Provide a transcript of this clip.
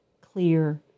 clear